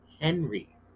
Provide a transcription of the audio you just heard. Henry